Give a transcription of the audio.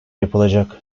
yapılacak